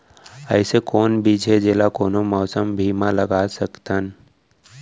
अइसे कौन बीज हे, जेला कोनो मौसम भी मा लगा सकत हन?